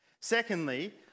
Secondly